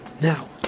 now